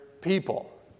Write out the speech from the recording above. people